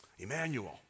Emmanuel